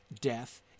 death